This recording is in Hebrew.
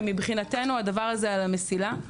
ומבחינתנו הדבר הזה על המסילה.